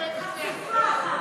חצופה אחת.